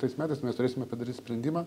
tais metais mes turėsime padaryt sprendimą